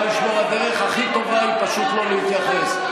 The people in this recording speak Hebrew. הדרך הכי טובה היא פשוט לא להתייחס.